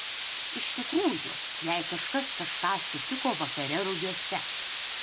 iš tikrųjų jei kažkas kažką sutiko vakare rugiuose